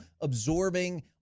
absorbing